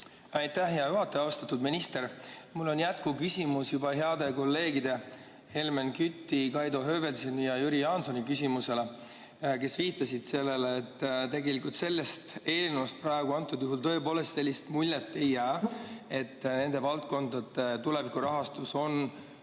Aitäh, hea juhataja! Austatud minister! Mul on jätkuküsimus heade kolleegide Helmen Küti, Kaido Höövelsoni ja Jüri Jaansoni küsimustele, kes viitasid sellele, et tegelikult sellest eelnõust praegu tõepoolest sellist muljet ei jää, et nende valdkondade tulevikurahastus